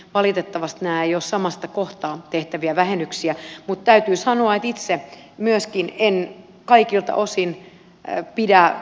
valitettavasti nämä eivät ole samasta kohtaa tehtäviä vähennyksiä mutta äiti sanoi itse myöskin sen kaikilta osin jää